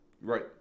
right